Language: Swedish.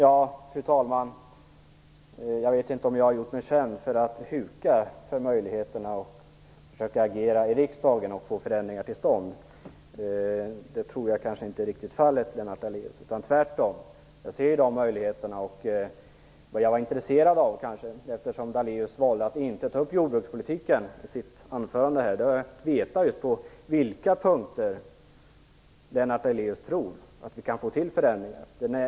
Fru talman! Jag tror inte att jag har gjort mig känd för att huka beträffande möjligheterna att agera i riksdagen och att få till stånd förändringar, Lennart Daléus. Tvärtom ser jag dessa möjligheter. Eftersom Daléus valde att inte ta upp jordbrukspolitiken i sitt anförande, vill jag dock veta på vilka punkter Lennart Daléus tror att vi kan få förändringar till stånd.